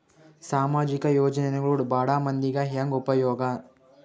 ಸಾಮಾಜಿಕ ಯೋಜನೆಗಳು ಬಡ ಮಂದಿಗೆ ಹೆಂಗ್ ಉಪಯೋಗ?